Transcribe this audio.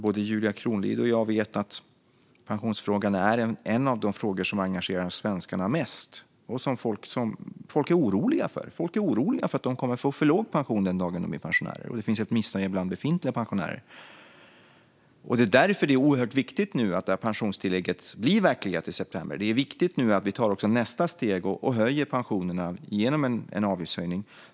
Både Julia Kronlid och jag vet att pensionsfrågan är en av de frågor som engagerar svenskarna mest och som folk är oroliga för. Folk är oroliga för att få för låg pension den dag de blir pensionärer. Det finns ett missnöje bland befintliga pensionärer. Det är därför det är oerhört viktigt att pensionstillägget blir verklighet i september. Det är viktigt att vi också tar nästa steg och höjer pensionerna genom en avgiftshöjning.